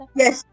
yes